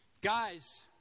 Guys